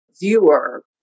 viewer